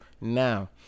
now